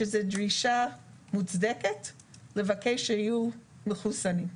שזו דרישה מוצדקת לבקש שיהיו מחוסנים.